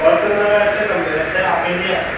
बस्स मेै इत्थै आफिस ही ऐ